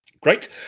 Great